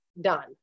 done